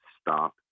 stop